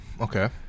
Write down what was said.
Okay